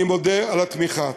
אני מודה על התמיכה.